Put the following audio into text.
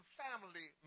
family